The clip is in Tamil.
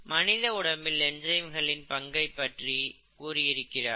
மனித உடம்பில் என்சைம்களின் பங்கைப் பற்றி கூறியிருக்கிறார்கள்